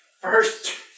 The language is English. first